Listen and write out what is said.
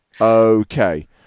Okay